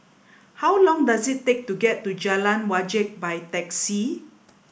how long does it take to get to Jalan Wajek by taxi